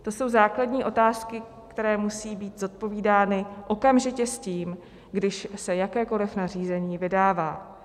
To jsou základní otázky, které musí být zodpovídány okamžitě s tím, když se jakékoliv nařízení vydává.